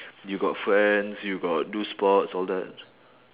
you got friends you got do sports all that